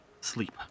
sleep